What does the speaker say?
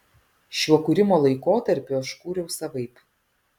šiuo kūrimo laikotarpiu aš kūriau savaip